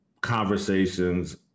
conversations